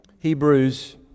Hebrews